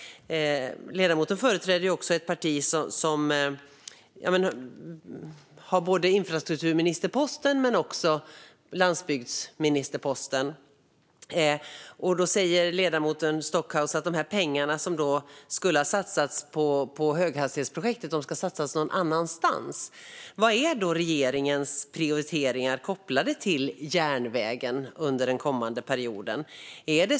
Ledamoten företräder ett parti som har både infrastrukturministerposten och landsbygdsministerposten. Ledamoten Stockhaus säger att de pengar som skulle ha satsats på höghastighetstågprojektet ska satsas någon annanstans. Vad är då regeringens prioriteringar kopplade till järnvägen under den kommande perioden?